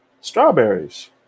strawberries